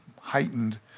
heightened